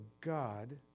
God